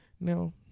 now